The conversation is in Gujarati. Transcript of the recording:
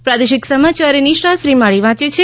પ્રાદેશિક સમાયાર નિશા શ્રીમાળી વાંચ છે